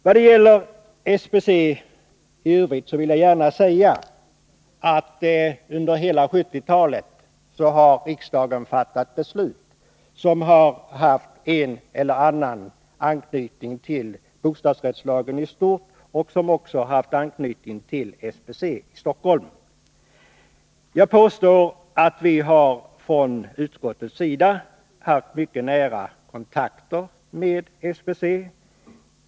Vad gäller SBC i övrigt vill jag gärna säga att riksdagen under hela 1970-talet har fattat beslut som har haft anknytning till bostadsrättslagen i stort och också haft anknytning till SBC Stockholm. Jag påstår att vi från utskottets sida haft mycket nära kontakter med SBC.